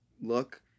look